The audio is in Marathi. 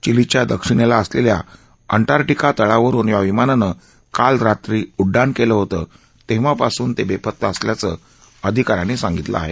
चिलीच्या दक्षिणेला असलेल्या अंधार्थिका तळावरून या विमानानं काल रात्री उड्डाण केलं होतं तेव्हापासून ते बेपत्ता असल्याचं अधिकाऱ्यांनी सांगितलं आहे